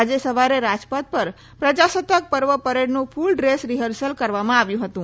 આજે સવારે રાજપથ પર પ્રજાસત્તાક પર્વ પરેડનું ફ્રલ ડ્રેસ રિહર્સલ કરવામાં આવ્યું હતું